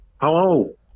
hello